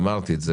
ואמרתי את זה.